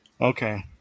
Okay